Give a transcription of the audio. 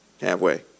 Halfway